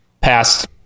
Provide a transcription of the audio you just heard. passed